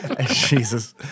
Jesus